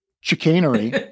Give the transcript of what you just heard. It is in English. chicanery